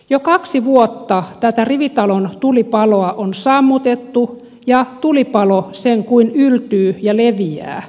jo kaksi vuotta tätä rivitalon tulipaloa on sammutettu ja tulipalo sen kuin yltyy ja leviää